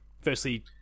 firstly